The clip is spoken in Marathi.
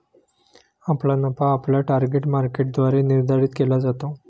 आपला नफा आपल्या टार्गेट मार्केटद्वारे निर्धारित केला जातो